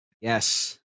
yes